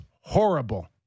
horrible